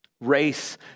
race